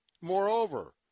Moreover